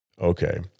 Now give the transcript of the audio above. okay